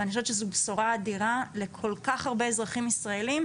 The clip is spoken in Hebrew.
ואני חושבת שזו בשורה אדירה לכל כך הרבה אזרחים ישראלים,